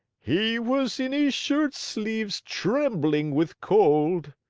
he was in his shirt sleeves trembling with cold.